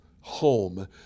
home